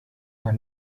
are